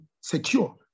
secure